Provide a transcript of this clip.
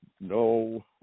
no